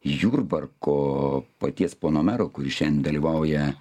jurbarko paties pono mero kuris šian dalyvauja